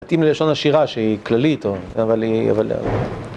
מתאים ללשון השירה שהיא כללית, אבל היא...